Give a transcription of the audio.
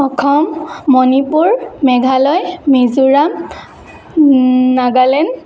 Assam Manipur Meghalaya Mizoram Nagaland